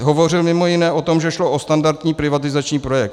Hovořil mimo jiné o tom, že šlo o standardní privatizační projekt.